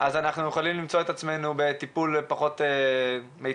אנחנו יכולים למצוא את עצמנו בטיפול פחות מיטבי.